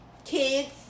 Kids